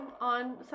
on